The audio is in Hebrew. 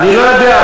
אני לא יודע,